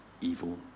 evil